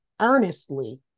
earnestly